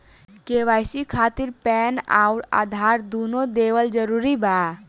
KYC खातिर PAN आउर आधार दुनों देवल जरूरी बा?